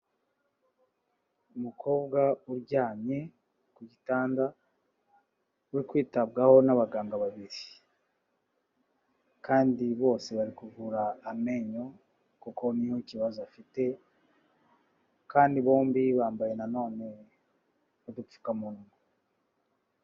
Umukobwa uryamye ku gitanda uri kwitabwaho n'abaganga babiri, kandi bose bari kuvura amenyo kuko ni cyo ikibazo afite, kandi bombi bambaye nanone udupfukamunwa.